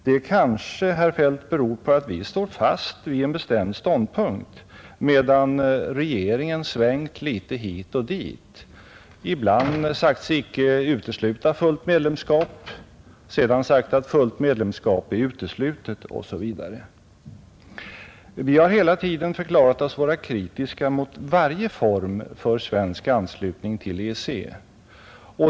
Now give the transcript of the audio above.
Det kanske, herr Feldt, beror på att vi står fast vid en bestämd ståndpunkt, medan regeringen svängt lite hit och dit, ibland sagt sig icke utesluta fullt medlemskap och sedan sagt att fullt medlemskap är uteslutet osv. Vi har hela tiden förklarat oss vara kritiska mot varje form för svensk anslutning till EEC.